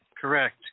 Correct